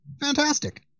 fantastic